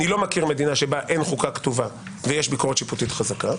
אני לא מכיר מדינה בה אין חוקה כתובה ויש ביקורת שיפוטית חזקה,